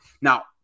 now